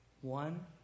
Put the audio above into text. One